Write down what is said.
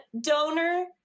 donor